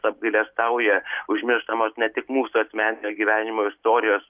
apgailestauja užmirštamos ne tik mūsų asmeninio gyvenimo istorijos